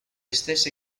stesse